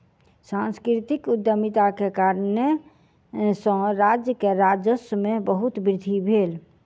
सांस्कृतिक उद्यमिता के कारणेँ सॅ राज्य के राजस्व में बहुत वृद्धि भेल